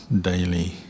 daily